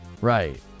right